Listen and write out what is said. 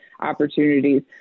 opportunities